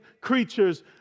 creatures